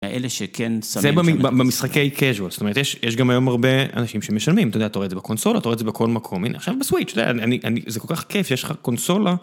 אלה שכן סבבה זה במשחקי קז'ואל זאת אומרת יש יש גם היום הרבה אנשים שמשלמים אתה יודע אתה רואה את זה בקונסולות אתה רואה את זה בכל מקום הנה עכשיו בסוויץ' שזה אני אני זה כל כך כיף שיש לך קונסולה.